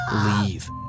leave